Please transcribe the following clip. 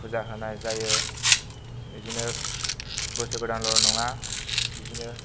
पुजा होनाय जायो बिदिनो बोसोर गोदानल' नङा बिदिनो